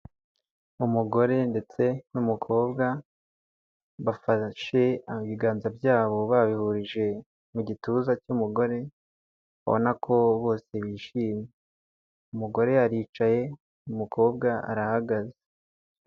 Umugore ndetse n'umukobwa bafashe ibiganza byabo babihurije mu gituza cy'umugore, urabona ko bose bishimye umugore aricaye umukobwa arahagaze.